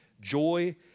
Joy